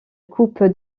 coupe